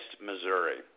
Missouri